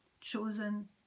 chosen